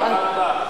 בגאווה רבה.